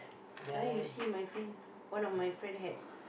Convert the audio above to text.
you see my friend one of my friend had